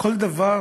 כל דבר,